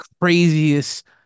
craziest